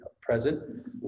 present